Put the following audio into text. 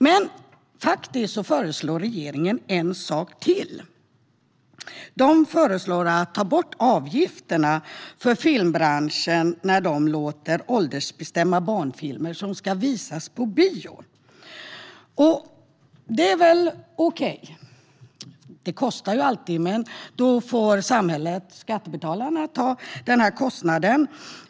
Regeringen föreslår en sak till. Regeringen föreslår att man ska ta bort avgifterna för filmbranschen när det gäller att fastställa åldersgränser för barnfilmer som ska visas på bio. Det är väl okej. Det kostar ju alltid, men då får samhället, skattebetalarna, ta den kostnaden.